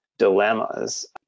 dilemmas